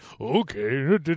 Okay